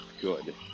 good